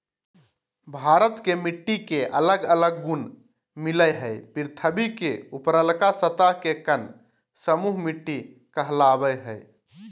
भारत के मिट्टी के अलग अलग गुण मिलअ हई, पृथ्वी के ऊपरलका सतह के कण समूह मिट्टी कहलावअ हई